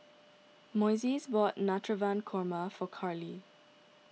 Moises bought Navratan Korma for Carlee